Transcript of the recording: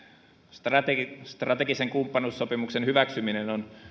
strategisen strategisen kumppanuussopimuksen hyväksyminen on